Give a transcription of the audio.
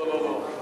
לא לא לא לא.